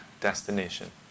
destination